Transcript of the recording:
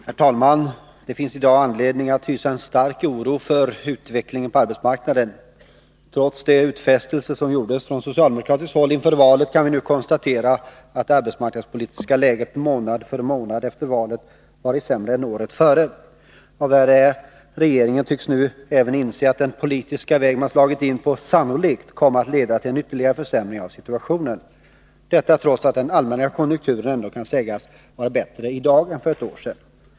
Herr talman! Det finns i dag anledning att hysa en stark oro för utvecklingen på arbetsmarknaden. Trots de utfästelser som gjordes från socialdemokratiskt håll inför valet kan vi nu konstatera att det arbetsmarknadspolitiska läget månad för månad efter valet varit sämre än året före. Vad värre är — regeringen tycks nu även inse att den politiska väg man slagit in på sannolikt kommer att leda till en ytterligare försämring av situationen. Detta trots att den allmänna konjunkturen ändå kan sägas vara bättre i dag än för ett år sedan.